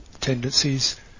tendencies